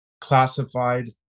classified